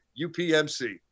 UPMC